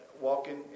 walking